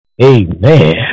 Amen